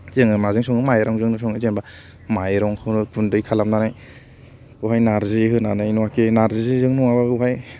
जोङो माजों सङो माइरंजोंनो सङो जेनबा माइरंखौनो गुन्दै खालामनानै बेवहाय नारजि होनानै नङाबाखि नारजिजों नङाबा बेवहाय